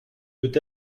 peut